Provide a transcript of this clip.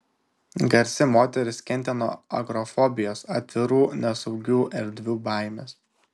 garsi moteris kentė nuo agorafobijos atvirų nesaugių erdvių baimės